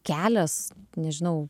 kelias nežinau